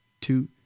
two